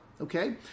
Okay